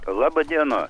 laba diena